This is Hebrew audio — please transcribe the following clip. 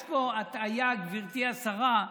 יש פה הטעיה, גברתי השרה,